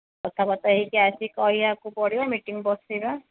କଥାବାର୍ତ୍ତା ହୋଇକି ଆସି କହିବାକୁ ପଡ଼ିବ ମିଟିଙ୍ଗ୍ ବସେଇବା